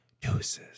Deuces